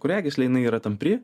kraujagyslė jinai yra tampri